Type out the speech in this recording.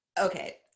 Okay